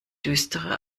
düstere